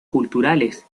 culturales